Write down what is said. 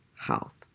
health